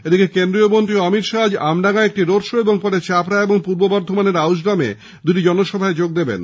এদিকে কেন্দ্রীয় মন্ত্রী অমিত শাহ আজ আমডাঙ্গায় একটি রোড শো এবং পরে চাপড়া ও পূর্ব বর্ধমানের আউসগ্রামে দুটি জনসভা করবেন